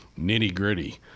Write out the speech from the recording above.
nitty-gritty